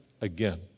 again